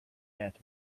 death